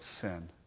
sin